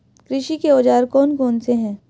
कृषि के औजार कौन कौन से हैं?